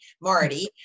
Marty